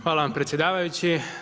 Hvala vam predsjedavajući.